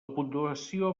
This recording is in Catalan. puntuació